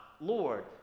Lord